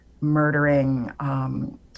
murdering